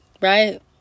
right